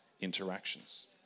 interactions